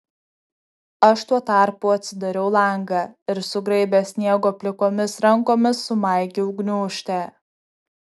aš tuo tarpu atsidariau langą ir sugraibęs sniego plikomis rankomis sumaigiau gniūžtę